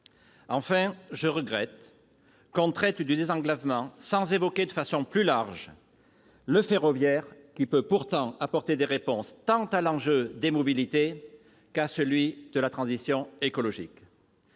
Enfin, je regrette que l'on traite du désenclavement sans évoquer plus largement le ferroviaire, qui peut pourtant apporter des réponses, tant à l'enjeu des mobilités qu'à celui de la transition écologique.